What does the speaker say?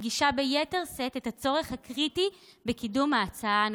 מדגישה ביתר שאת את הצורך הקריטי בקידום ההצעה הנוכחית.